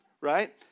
right